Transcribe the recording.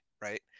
right